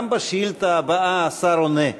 גם בשאילתה הבאה השר עונה.